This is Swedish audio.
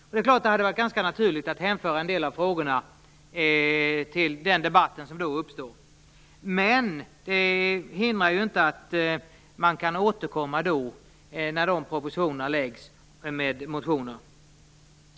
Det är klart att det hade varit ganska naturligt att hänföra en del av frågorna till den debatt som då uppstår, men det hindrar inte att man kan återkomma med motioner när de propositionerna läggs fram.